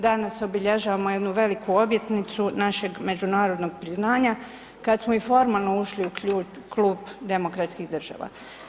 Danas obilježavamo jednu veliku obljetnicu, našem međunarodnog priznanja, kad smo i formalno ušli u klub demokratskih država.